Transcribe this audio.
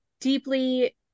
deeply